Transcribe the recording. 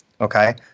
Okay